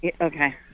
okay